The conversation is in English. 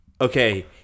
okay